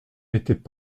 n’étaient